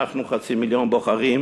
אנחנו חצי מיליון בוחרים